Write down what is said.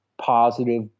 positive